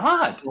God